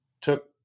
took